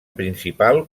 principal